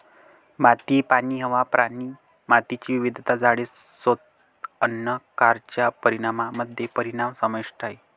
माती, पाणी, हवा, प्राणी, मातीची विविधता, झाडे, स्वतः अन्न कारच्या परिणामामध्ये परिणाम समाविष्ट आहेत